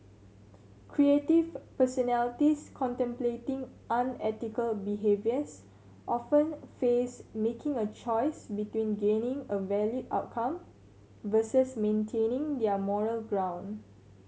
creative personalities contemplating unethical behaviours often face making a choice between gaining a valued outcome versus maintaining their moral ground